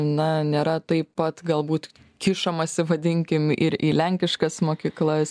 na nėra taip pat galbūt kišamasi vadinkim ir į lenkiškas mokyklas